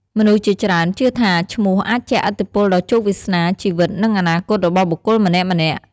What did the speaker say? មនុស្សជាច្រើនជឿថា ឈ្មោះអាចជះឥទ្ធិពលដល់ជោគវាសនា ជីវិត និងអនាគតរបស់បុគ្គលម្នាក់ៗ។